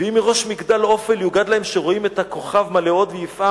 "ואם מראש מגדל עופל יוגד להם שרואים את הכוכב מלא הוד ויפעה,